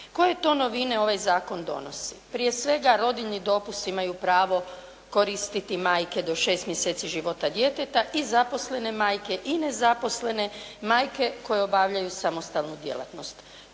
Koje to novine ovaj zakon donosi? Prije svega rodiljni dopust imaju pravo koristiti majke do 6 mjeseci života djeteta i zaposlene majke i nezaposlene majke koje obavljaju samostalnu djelatnost.